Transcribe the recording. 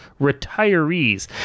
retirees